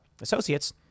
associates